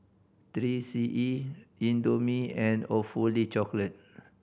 Three C E Indomie and Awfully Chocolate